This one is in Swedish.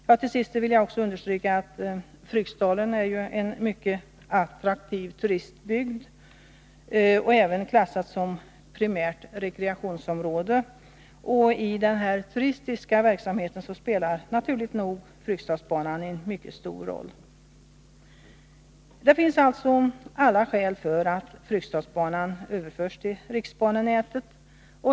Jag vill också understryka att Fryksdalen är en mycket attrativ turistbygd och klassas också som primärt rekreationsområde. I den turistiska verksamheten spelar naturligt nog Fryksdalsbanan en mycket stor roll. Det finns alltså alla skäl för ett överförande av Fryksdalsbanan till riksbanenätet.